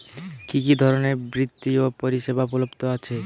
কি কি ধরনের বৃত্তিয় পরিসেবা উপলব্ধ আছে?